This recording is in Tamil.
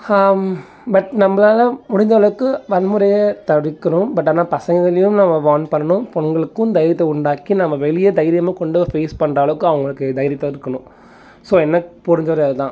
பட் நம்பளால் முடிஞ்சளவுக்கு வன்முறையை தடுக்கணும் பட் ஆனால் பசங்களையும் நம்ம வார்ன் பண்ணணும் பொண்ணுங்களுக்கும் தைரியத்தை உண்டாக்கி நம்ம வெளியே தைரியமாக கொண்டு ஃபேஸ் பண்ணுற அளவுக்கு அவங்களுக்கு தைரியத்தை இருக்கணும் ஸோ எனக்கு புரிஞ்சது அது தான்